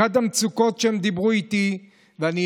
אחת המצוקות שהם דיברו איתי עליהן,